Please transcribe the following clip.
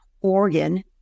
organ